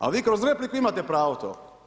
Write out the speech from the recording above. A vi kroz repliku imate pravo to.